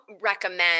recommend